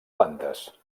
plantes